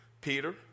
Peter